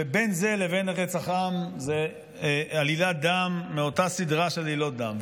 ובין זה לבין רצח עם זו עלילת דם מאותה סדרה של עלילות דם.